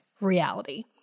reality